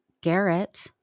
Garrett